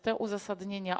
Te uzasadnienia.